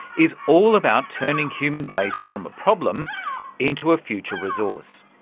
is all about turning human waste from a problem into a future resource.